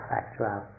actual